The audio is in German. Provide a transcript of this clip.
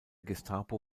gestapo